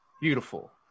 beautiful